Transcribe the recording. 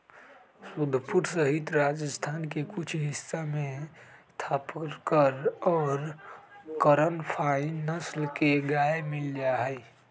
जोधपुर सहित राजस्थान के कुछ हिस्सा में थापरकर और करन फ्राइ नस्ल के गाय मील जाहई